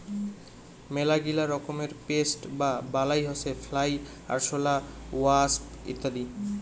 মেলাগিলা রকমের পেস্ট বা বালাই হসে ফ্লাই, আরশোলা, ওয়াস্প ইত্যাদি